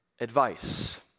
advice